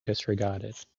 disregarded